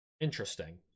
Interesting